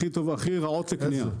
הכי רעות לקנייה.